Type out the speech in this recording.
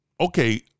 okay